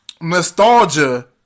nostalgia